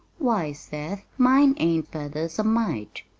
why, seth, mine ain't feathers a mite!